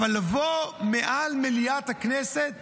אבל לבוא מעל מליאת הכנסת